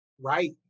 Right